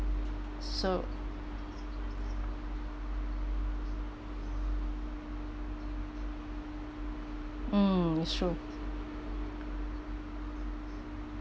so mm it's true